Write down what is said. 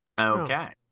okay